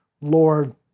Lord